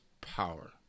power